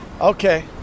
Okay